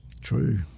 True